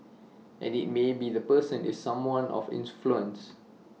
and maybe the person is someone of influence